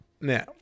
Now